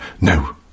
No